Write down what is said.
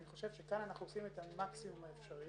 אני חושב שכאן אנחנו עושים את המקסימום האפשרי.